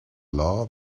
law